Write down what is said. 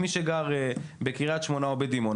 מי שגר בקריית שמונה או בדימונה,